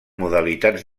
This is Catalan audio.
modalitats